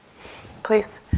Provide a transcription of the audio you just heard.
Please